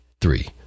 three